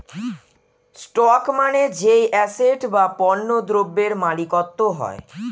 stock মানে যেই asset বা পণ্য দ্রব্যের মালিকত্ব হয়